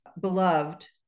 beloved